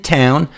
town